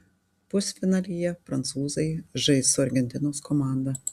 pusfinalyje prancūzai žais su argentinos komanda